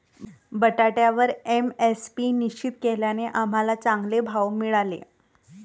बटाट्यावर एम.एस.पी निश्चित केल्याने आम्हाला चांगले भाव मिळाले